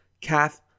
Kath